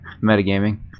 Metagaming